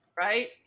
Right